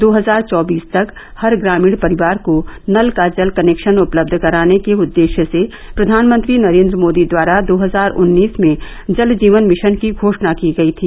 दो हजार चौबीस तक हर ग्रामीण परिवार को नल का जल कनेक्शन उपलब्ध कराने के उद्देश्य से प्रधानमंत्री नरेंद्र मोदी द्वारा दो हजार उन्नीस में जल जीवन मिशन की घोषणा की गई थी